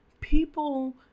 people